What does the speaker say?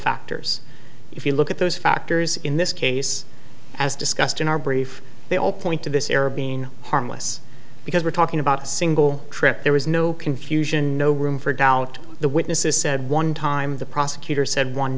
factors if you look at those factors in this case as discussed in our brief they all point to this error being harmless because we're talking about a single trip there was no confusion no room for doubt the witnesses said one time the prosecutor said one